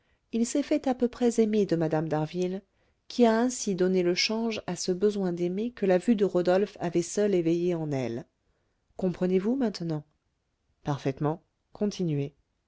il s'est fait à peu près aimer de mme d'harville qui a ainsi donné le change à ce besoin d'aimer que la vue de rodolphe avait seule éveillé en elle comprenez-vous maintenant parfaitement continuez